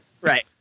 Right